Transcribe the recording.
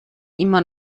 immer